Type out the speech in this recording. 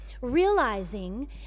realizing